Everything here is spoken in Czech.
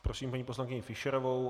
Prosím paní poslankyni Fischerovou.